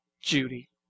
judy